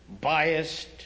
biased